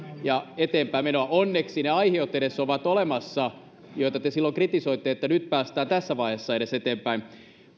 ja eteenpäinmenoa onneksi edes ne aihiot ovat olemassa joita te silloin kritisoitte niin että edes nyt tässä vaiheessa päästään eteenpäin